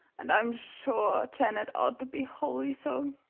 and i'm sure janet ought to be wholly so.